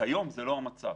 כיום זה לא המצב.